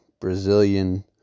Brazilian